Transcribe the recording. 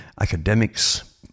academics